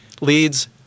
leads